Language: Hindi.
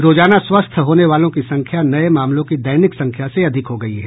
रोजाना स्वस्थ होने वालों की संख्या नये मामलों की दैनिक संख्या से अधिक हो गई है